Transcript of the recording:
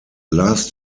last